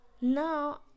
now